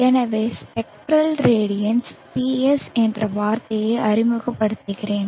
எனவே spectral radiance PS என்ற வார்த்தையை அறிமுகப்படுத்துகிறேன்